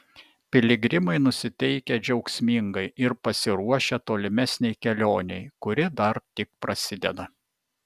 piligrimai nusiteikę džiaugsmingai ir pasiruošę tolimesnei kelionei kuri dar tik prasideda